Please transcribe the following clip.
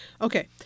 Okay